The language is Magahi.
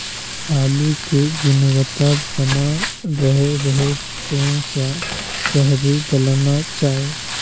आलू की गुनबता बना रहे रहे कौन सा शहरी दलना चाये?